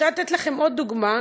אני רוצה לתת לכם עוד דוגמה,